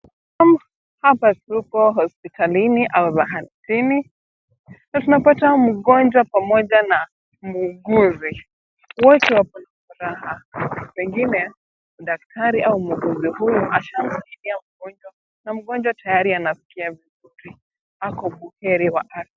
Naam, hapa tuko hospitalini au zahanatini na tunapata mgonjwa pamoja na muuguzi wote wakona furaha pengine daktari au muuguzi huyu ashamhudumia mgonjwa na mgonjwa tayari anasikia vizuri, ako buheri wa afya.